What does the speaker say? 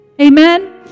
Amen